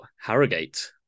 Harrogate